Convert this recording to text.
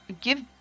give